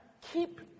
keep